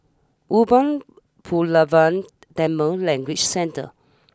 Umar Pulavar Tamil Language Centre